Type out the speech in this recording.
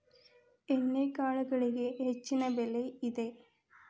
ಎಣ್ಣಿಕಾಳುಗಳಿಗೆ ಹೆಚ್ಚಿನ ಬೆಲೆ ಇದೆ